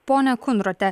ponia kundrote